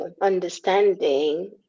understanding